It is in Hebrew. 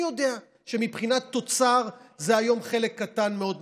אני יודע שמבחינת תוצר זה היום חלק קטן מאוד מהתוצר,